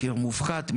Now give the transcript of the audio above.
מחיר מופחת,